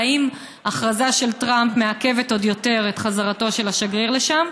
האם הכרזה של טראמפ מעכבת עוד יותר את חזרתו של השגריר לשם?